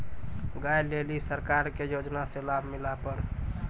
गाय ले ली सरकार के योजना से लाभ मिला पर?